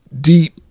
deep